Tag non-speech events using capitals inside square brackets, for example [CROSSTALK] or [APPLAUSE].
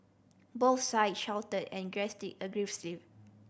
both sides shouted and [UNINTELLIGIBLE] aggressive